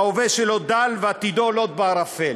ההווה שלו דל ועתידו לוט בערפל.